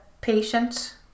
patient